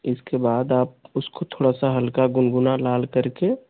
इसके बाद आप उसको थोड़ा सा हल्का गुनगुना लाल करके